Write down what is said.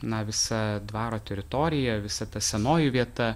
na visa dvaro teritorija visa ta senoji vieta